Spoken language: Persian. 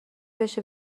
بشه